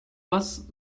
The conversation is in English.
was